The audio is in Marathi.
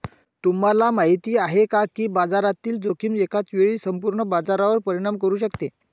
तुम्हाला माहिती आहे का की बाजारातील जोखीम एकाच वेळी संपूर्ण बाजारावर परिणाम करू शकते?